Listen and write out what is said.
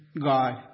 God